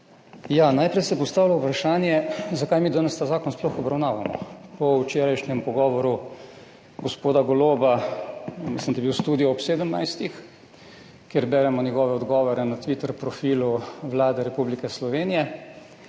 Najprej se postavlja vprašanje, zakaj mi danes ta zakon sploh obravnavamo, po včerajšnjem pogovoru gospoda Goloba, mislim, da je bil v Studiu ob 17.00, kjer beremo njegove odgovore na Twitter profilu Vlade Republike Slovenije